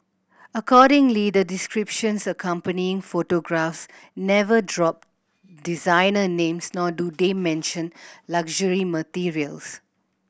accordingly the descriptions accompanying photographs never drop designer names nor do they mention luxury materials